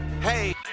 hey